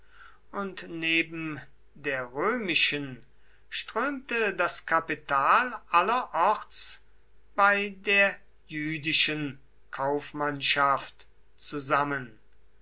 und neben der römischen strömte das kapital allerorts bei der jüdischen kaufmannschaft zusammen